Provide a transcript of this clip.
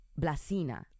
Blasina